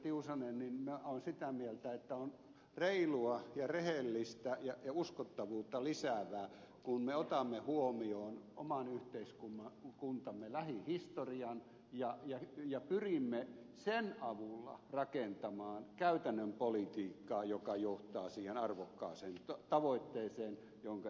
tiusanen minä olen sitä mieltä että on reilua ja rehellistä ja uskottavuutta lisäävää kun me otamme huomioon oman yhteiskuntamme lähihistorian ja pyrimme sen avulla rakentamaan käytännön politiikkaa joka johtaa siihen arvokkaaseen tavoitteeseen jonka ed